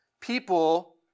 people